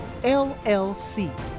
LLC